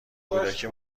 کودکی